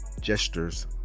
gestures